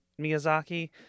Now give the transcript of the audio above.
Miyazaki